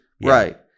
Right